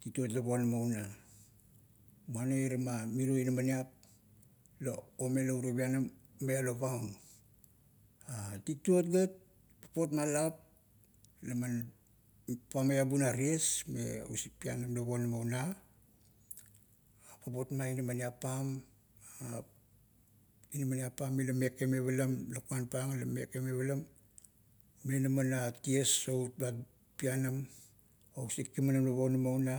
tituot la ponama una muana irama miro inamaniap la omela urio pianam, maiaolo paun. tituot gat, papot ma lap, laman, pamaiabu na tied me usik pianam ta ponama una, papot ma inamaniap pam. inaminiap pam mila mekeme palam, lakuan pang, la meke me palam, maionama na ties o uripmat lianam, o sik kimanam la ponama una.